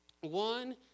One